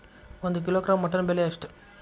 ಒಂದು kilogram mutton ಬೆಲೆ ಎಷ್ಟ್?